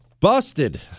Busted